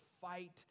fight